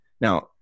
Now